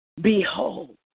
Behold